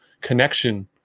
connection